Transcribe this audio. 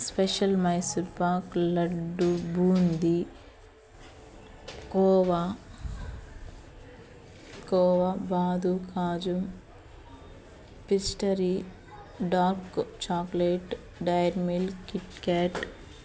special Mysore pak laddu boondi khoa khoa kaju pastry dark chocolate dairy milk Kit Kat